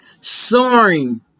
soaring